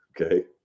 okay